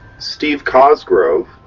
steve cosgrove,